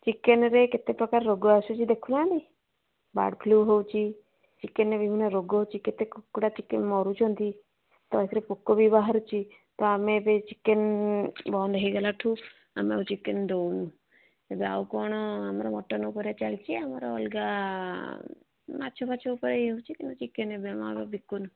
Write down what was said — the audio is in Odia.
ଚିକେନରେ କେତେ ପ୍ରକାର ରୋଗ ଆସୁଛି ଦେଖୁନାହାନ୍ତି ବାର୍ଡ଼ଫ୍ଲୁ ହେଉଛି ଚିକେନରେ ବିଭିନ୍ନ ରୋଗ ହେଉଛି କେତେ କୁକୁଡ଼ା କେତେ ମରୁଛନ୍ତି ତ ଏଥିରେ ପୋକ ବି ବାହାରୁଛି ତ ଆମେ ଏବେ ଚିକେନ ବନ୍ଦ ହେଇଗଲାଠୁ ଆମେ ଆଉ ଚିକେନ ଦେଉନୁ ଏବେ ଆଉ କଣ ଆମର ମଟନ ଉପରେ ଚାଲିଚି ଆମର ଅଲଗା ମାଛ ଫାଛ ଉପରେ ହେଉଛି କିନ୍ତୁ ଚିକେନ ଏବେ ଆମ ବିକୁନୁ